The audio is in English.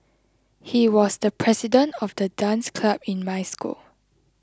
he was the president of the dance club in my school